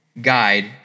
guide